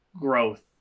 growth